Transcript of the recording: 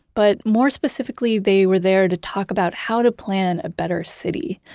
but more specifically, they were there to talk about how to plan a better city.